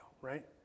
right